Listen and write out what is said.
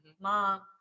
Mom